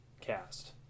cast